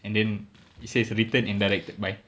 and then it says written and directed by